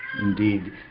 Indeed